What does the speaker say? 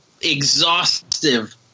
exhaustive